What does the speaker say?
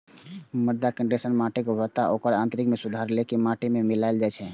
मृदा कंडीशनर माटिक उर्वरता आ ओकर यांत्रिकी मे सुधार लेल माटि मे मिलाएल जाइ छै